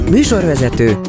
Műsorvezető